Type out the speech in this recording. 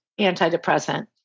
antidepressant